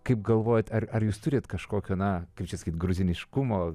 kaip galvojat ar ar jūs turit kažkokio na kaip čia sakyt gruziniškumo